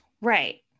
Right